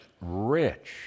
rich